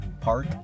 Park